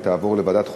ותועבר לוועדת החוקה,